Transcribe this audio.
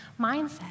mindset